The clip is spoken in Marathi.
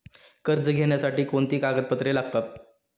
कर्ज घेण्यासाठी कोणती कागदपत्रे लागतात?